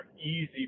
easy